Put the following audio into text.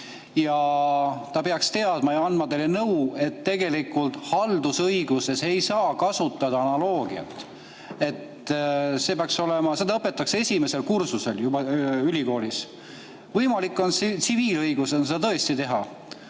Ta peaks teadma ja andma teile nõu, et tegelikult haldusõiguses ei saa kasutada analoogiat. Seda õpetatakse juba esimesel kursusel ülikoolis. Võimalik on tsiviilõiguses seda tõesti teha,